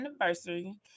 anniversary